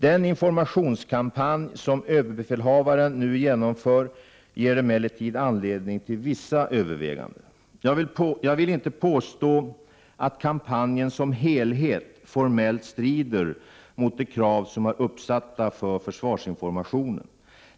Den informationskampanj som överbefälhavaren nu genomför ger emellertid anledning till vissa överväganden. Jag vill inte påstå att kampanjen som helhet formellt strider mot de krav som är uppsatta för försvarsinformationen.